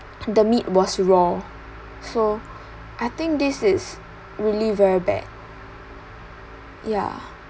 the meat was raw so I think this is really very bad yeah